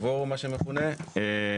מה שמכונה הקוורום.